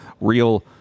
real